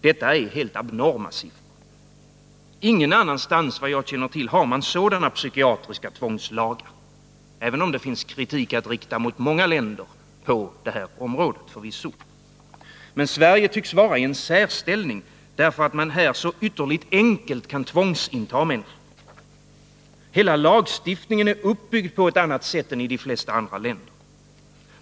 Detta är helt abnorma siffror. Ingen annanstans — såvitt jag känner till — har man sådana psykiatriska tvångslagar. Det finns förvisso kritik att rikta mot många länder på det här området. Men Sverige tycks befinna sig i en särställning, därför att man här så ytterligt enkelt kan tvångsinta människor. Hela lagstiftningen är uppbyggd på ett annat sätt än i de flesta andra länder.